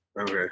Okay